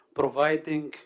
providing